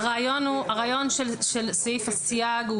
הרעיון של סעיף הסייג הוא